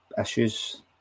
issues